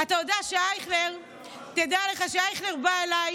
תדע לך שאייכלר בא אליי